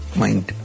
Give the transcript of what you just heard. mind